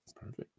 Perfect